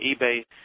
eBay